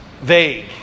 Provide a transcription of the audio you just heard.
vague